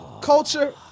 Culture